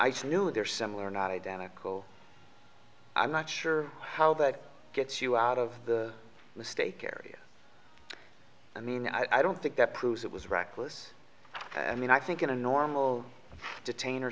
knew they're similar not identical i'm not sure how that gets you out of the mistake area i mean i don't think that proves it was reckless i mean i think in a normal detain